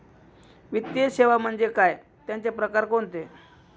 वित्तीय सेवा म्हणजे काय? त्यांचे प्रकार कोणते?